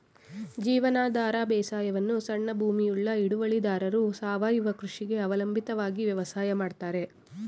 ಜೀವನಾಧಾರ ಬೇಸಾಯವನ್ನು ಸಣ್ಣ ಭೂಮಿಯುಳ್ಳ ಹಿಡುವಳಿದಾರರು ಸಾವಯವ ಕೃಷಿಗೆ ಅವಲಂಬಿತವಾಗಿ ವ್ಯವಸಾಯ ಮಾಡ್ತರೆ